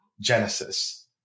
Genesis